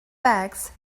bags